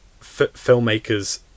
filmmakers